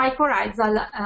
mycorrhizal